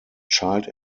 child